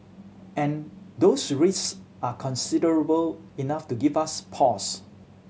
and those risk are considerable enough to give us pause